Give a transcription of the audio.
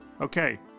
Okay